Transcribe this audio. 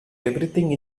everything